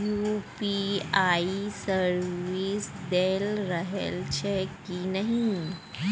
UPI service दए रहल छै कि नहि